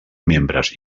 membres